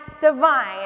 divine